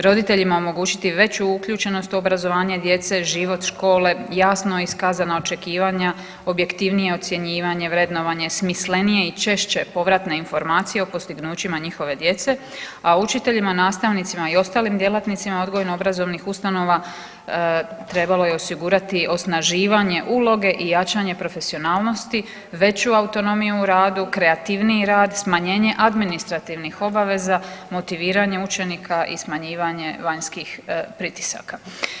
Roditeljima omogućiti veću uključenost u obrazovanje djece, život škole, jasno iskazana očekivanja, objektivnije ocjenjivanje, vrednovanje, smislenije i češće povratne informacije o postignućima njihove djece, a učiteljima, nastavnicima i ostalim djelatnicima odgojno obrazovnih ustanova trebalo je osigurati osnaživanje uloge i jačanje profesionalnosti, veću autonomiju u radu, kreativniji rad, smanjenje administrativnih obaveza, motiviranje učenika i smanjivanje vanjskih pritisaka.